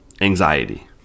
anxiety